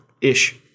ish